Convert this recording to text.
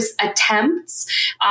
attempts